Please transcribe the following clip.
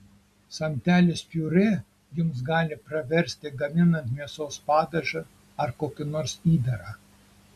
samtelis piurė jums gali praversti gaminant mėsos padažą ar kokį nors įdarą